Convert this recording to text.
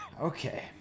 okay